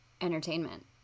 Entertainment